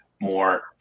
more